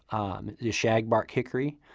um the shagbark hickory.